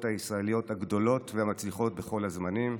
הישראליות הגדולות והמצליחות בכל הזמנים.